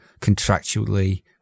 contractually